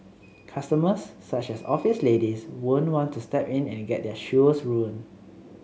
customers such as office ladies won't want to step in and get their shoes ruined